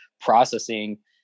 processing